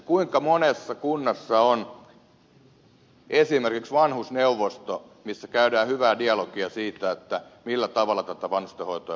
kuinka monessa kunnassa on esimerkiksi vanhusneuvosto missä käydään hyvää dialogia siitä millä tavalla vanhustenhoitoa pitäisi kehittää